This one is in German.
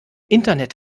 internet